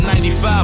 95